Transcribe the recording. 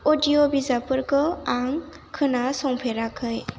अडिय' बिजाबफोरखौ आं खोनासंफेराखै